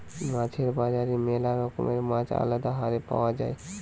মাছের বাজারে ম্যালা রকমের মাছ আলদা হারে পাওয়া যায়